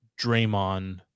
Draymond